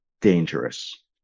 dangerous